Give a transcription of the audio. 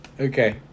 Okay